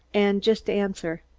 and just answer.